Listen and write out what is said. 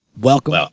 Welcome